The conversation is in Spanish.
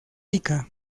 ica